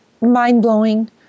mind-blowing